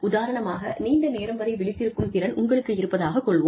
உதாரணமாக நீண்ட நேரம் வரை விழித்திருக்கும் திறன் உங்களுக்கு இருப்பதாகக் கொள்வோம்